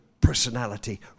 personality